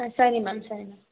ಹಾಂ ಸರಿ ಮ್ಯಾಮ್ ಸರಿ ಮ್ಯಾಮ್